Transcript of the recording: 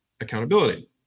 Accountability